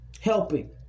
helping